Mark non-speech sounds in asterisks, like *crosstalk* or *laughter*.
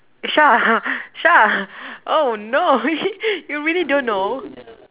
Shah Shah oh no *laughs* you really don't know